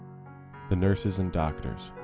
the nurses and doctors.